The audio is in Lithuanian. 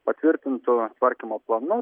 patvirtintu tvarkymo planu